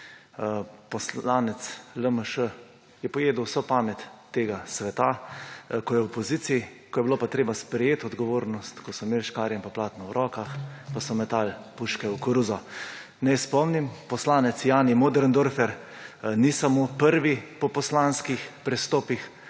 Poslanec LMŠ je pojedel vso pamet tega sveta, ko je v opoziciji. Ko je bilo pa treba sprejeti odgovornost, ko so imeli škarje in pa platno v rokah, pa so metali puške v koruzo. Naj spomnim, poslanec Jani Möderndorfer ni samo prvi po poslanskih prestopih,